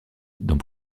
dans